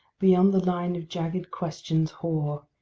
beyond the line of jagged questions hoar,